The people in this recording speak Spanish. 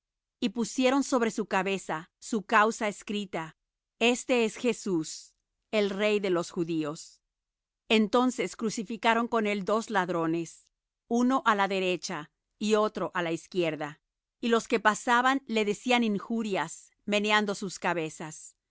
y pusieron sobre su cabeza su causa escrita este es jesus el rey de los judios entonces crucificaron con él dos ladrones uno á la derecha y otro á la izquierda y los que pasaban le decían injurias meneando sus cabezas y